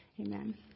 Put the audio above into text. Amen